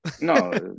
No